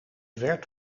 werd